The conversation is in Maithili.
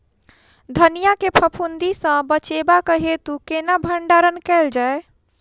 धनिया केँ फफूंदी सऽ बचेबाक हेतु केना भण्डारण कैल जाए?